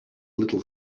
little